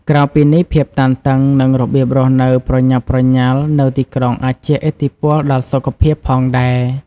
ក្រៅពីនេះ ភាពតានតឹង និងរបៀបរស់នៅប្រញាប់ប្រញាល់នៅទីក្រុងអាចជះឥទ្ធិពលដល់សុខភាពផងដែរ។